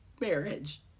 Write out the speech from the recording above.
marriage